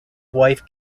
wife